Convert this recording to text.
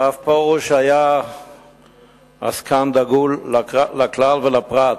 הרב פרוש היה עסקן דגול, לכלל ולפרט.